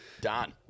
Done